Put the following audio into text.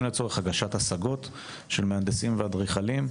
לצורך הגשת השגות של מהנדסים ואדריכלים,